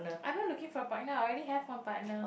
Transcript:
I'm not looking for a partner I already have one partner